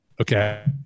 Okay